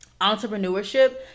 entrepreneurship